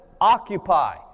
occupy